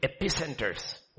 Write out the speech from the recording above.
epicenters